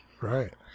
right